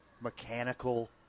mechanical